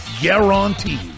Guaranteed